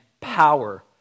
power